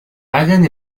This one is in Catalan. ballen